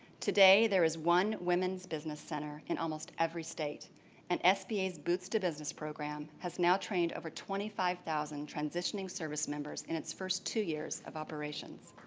today, there is one women's business center in almost every state and sba's boots to business program has now trained over twenty five thousand transitioning service members in its first two years of operations.